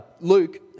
Luke